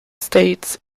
states